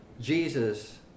Jesus